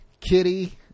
Kitty